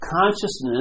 consciousness